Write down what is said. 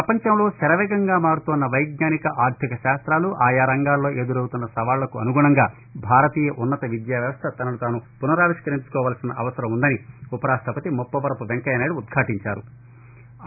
ప్రపంచంలో శరవేగంగా మారుతోన్న వైజ్ఞానిక ఆర్దిక శాస్తాలు ఆయా రంగాల్లో ఎదురవుతున్న సవాళ్ళకు అనుగుణంగా భారతీయ ఉన్నత విద్యా వ్యవస్ద తనను తాను పునరావిష్కరించు కోవలసిన అవసరం వుందని ఉపరాష్టపతి ముప్పవరపు వెంకయ్యనాయుడు ఉద్యాటించారు